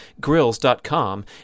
grills.com